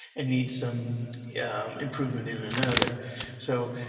and needs some yeah um improvement in another so,